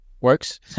works